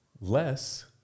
Less